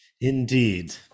Indeed